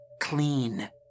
clean